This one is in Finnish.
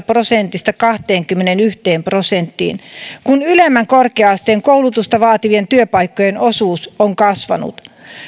prosentista kahteenkymmeneenyhteen prosenttiin kun ylemmän korkea asteen koulutusta vaativien työpaikkojen osuus on kasvanut